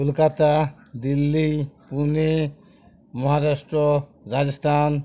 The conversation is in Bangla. কলকাতা দিল্লি পুনে মহারাষ্ট্র রাজস্থান